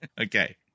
Okay